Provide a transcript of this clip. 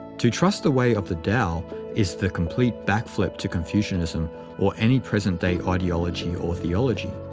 to trust the way of the tao is the complete backflip to confucianism or any present-day ideology or theology.